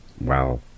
wow